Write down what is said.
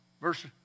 Verse